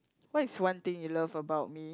what is one thing you love about me